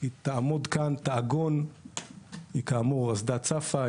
היא כאמור אסדה צפה.